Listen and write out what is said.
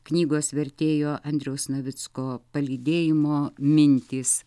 knygos vertėjo andriaus navicko palydėjimo mintys